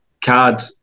CAD